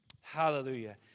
Hallelujah